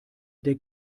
der